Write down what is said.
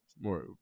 more